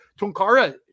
Tunkara